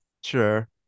sure